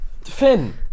Finn